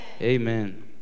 Amen